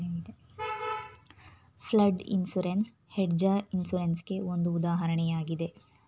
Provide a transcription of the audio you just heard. flood insurance hedge insurance ಗೆ ಒಂದು ಉದಾಹರಣೆಯಾಗಿದೆ